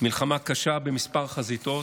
מלחמה קשה בכמה חזיתות,